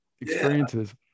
experiences